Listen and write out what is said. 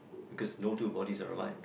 cause no two bodies are alike